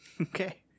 Okay